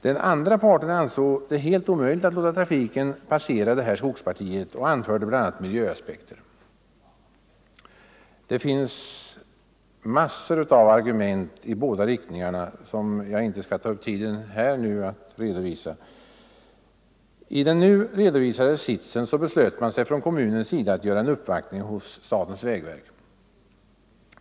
Den andra parten ansåg att det var helt omöjligt att låta trafiken passera detta skogsparti och anförde bl.a. miljöaspekter. Det finns massor av argument i båda riktningarna som jag inte skall ta upp tiden med att återge här. I den nu redovisade sitsen beslöt man sig från kommunens sida att göra en uppvaktning hos statens vägverk.